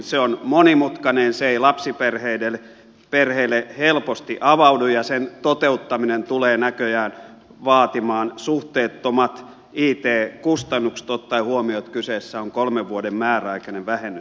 se on monimutkainen se ei lapsiperheille helposti avaudu ja sen toteuttaminen tulee näköjään vaatimaan suhteettomat it kustannukset ottaen huomioon että kyseessä on kolmen vuoden määräaikainen vähennys